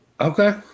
Okay